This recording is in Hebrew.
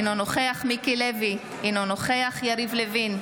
אינו נוכח מיקי לוי, אינו נוכח יריב לוין,